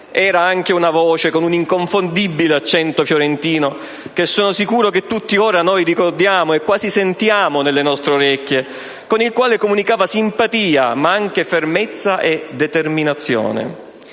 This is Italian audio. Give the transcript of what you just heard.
Era anche una voce con un inconfondibile accento fiorentino, che sono sicuro ora tutti ricordiamo e quasi sentiamo nelle nostre orecchie, con il quale comunicava simpatia, ma anche fermezza e determinazione.